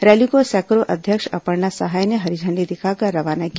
rally को सेक्रो अध्यक्ष अपर्णो सहाय ने हरी झण्डी दिखाकर रवाना किया